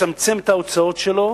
מצמצם את ההוצאות שלו